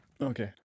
Okay